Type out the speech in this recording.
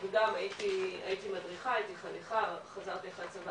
הייתי מדריכה, הייתי חניכה, חזרתי אחרי הצבא